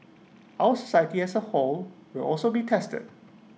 our society as A whole will also be tested